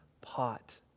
pot